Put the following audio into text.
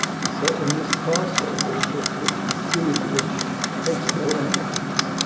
and so, in this crossover that we see which takes no energy.